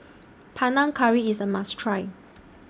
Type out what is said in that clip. Panang Curry IS A must Try